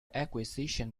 acquisition